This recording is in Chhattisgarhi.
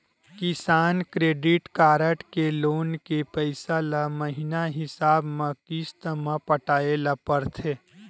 किसान क्रेडिट कारड के लोन के पइसा ल महिना हिसाब म किस्त म पटाए ल परथे